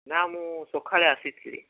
ନାଁ ମୁଁ ସଖାଳେ ଆସିଥିଲି